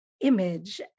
image